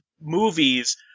movies